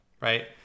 right